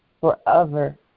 forever